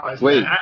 Wait